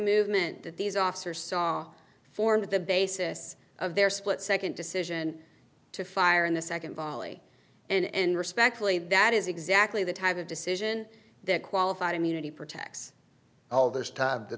movement that these officers saw formed the basis of their split second decision to fire in the second volley and respectfully that is exactly the type of decision that qualified immunity protects all this time